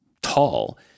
tall